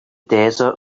desert